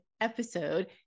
episode